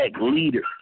leader